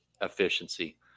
efficiency